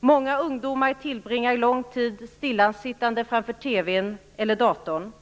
Många ungdomar tillbringar lång tid stillasittande framför TV:n eller datorn.